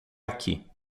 aqui